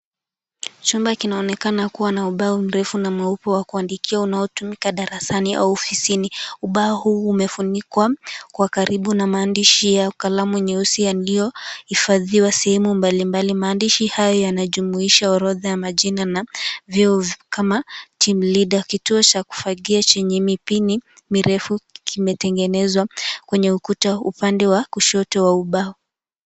Chumba inaonekana ubao mrefu na mweupe wa kuandikia unaona tumika darasani au ofisini. Ubao huu umefunikwa kwa karibu na maandishi ya kalamu nyeusi yaliyohifadhiwa sehemu mbalimbali. Maandishi haya yanajumuisha orodha ya majina na vyeo kama [c] Team leader [c]. Kituo cha kufagia chenye mipini mirefu kimetengenezewa kwenye ukuta upande wa kushoto wa ubao.